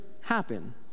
happen